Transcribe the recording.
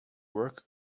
work